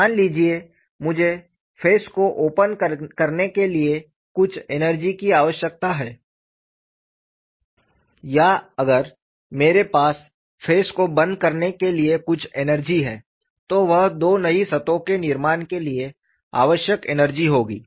मान लीजिए मुझे फेस को ओपन करने के लिए कुछ एनर्जी की आवश्यकता है या अगर मेरे पास फेस को बंद करने के लिए कुछ एनर्जी है तो वह दो नई सतहों के निर्माण के लिए आवश्यक एनर्जी होगी